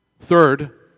Third